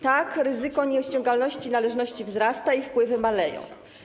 Tak, ryzyko nieściągalności należności wzrasta i wpływy maleją.